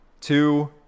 two